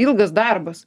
ilgas darbas